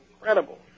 incredible